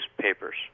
papers